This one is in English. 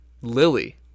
lily